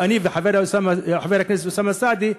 אני וחבר הכנסת אוסאמה סעדי,